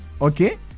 okay